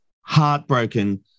heartbroken